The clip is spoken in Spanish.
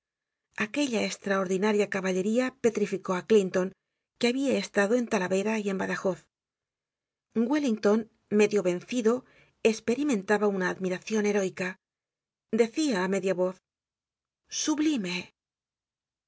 aquella estraordinaria caballería petrificó á clinton que había estado en talavera y en badajoz wellington medio vencido esperimentaba una admiracion heroica decia á media voz sublime que